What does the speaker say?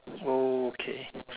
okay